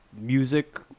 music